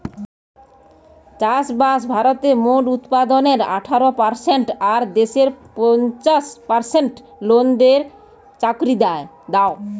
চাষবাস ভারতের মোট উৎপাদনের আঠারো পারসেন্ট আর দেশের পঞ্চাশ পার্সেন্ট লোকদের চাকরি দ্যায়